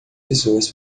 pessoas